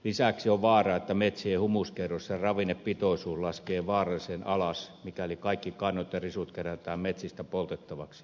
lisäksi on vaara että metsien humuskerros ja ravinnepitoisuus laskee vaarallisen alas mikäli kaikki kannot ja risut kerätään metsistä poltettavaksi